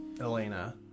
Elena